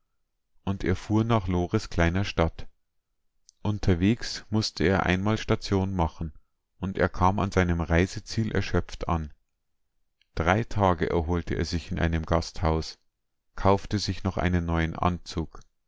und er fuhr nach lores kleiner stadt unterwegs mußte er einmal station machen und er kam an seinem reiseziel erschöpft an drei tage erholte er sich in einem gasthaus kaufte sich noch einen neuen anzug